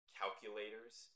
calculators